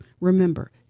Remember